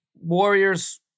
Warriors